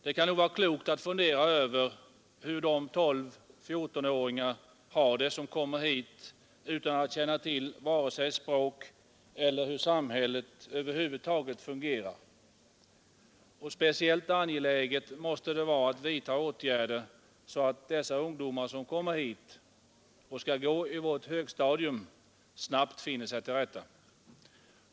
Det kan nog vara klokt att fundera över hur de 12—14-åringar har det som kommer hit utan att känna till vare sig språket eller hur samhället över huvud taget fungerar. Speciellt angeläget måste det vara att vidta åtgärder som gör att de ungdomar som kommer hit och skall gå i vårt högstadium snabbt finner sig till rätta.